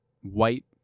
white